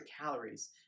calories